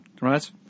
right